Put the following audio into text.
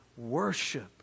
worship